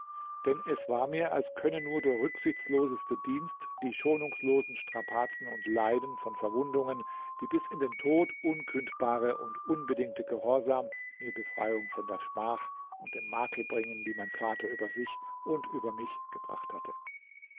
denn es war mir als könne nur der rücksichtsloseste dienst die schonungslosen strapazen und leiden von verwundungen der bis in den tod unkündbare und unbedingte gehorsam mir befreiung von der schmach und dem makel bringen die mein vater über sich und über mich gebracht hatte